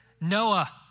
Noah